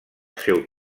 seu